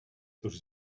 тож